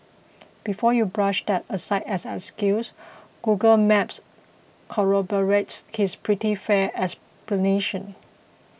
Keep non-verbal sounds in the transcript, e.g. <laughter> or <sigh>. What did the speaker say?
before you brush that aside as an excuse Google Maps corroborates <unintelligible> pretty fair explanation